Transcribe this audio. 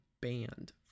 banned